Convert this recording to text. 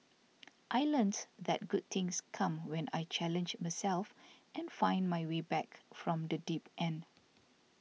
I learnt that good things come when I challenge myself and find my way back from the deep end